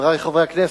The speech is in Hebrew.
חברי חברי הכנסת,